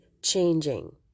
changing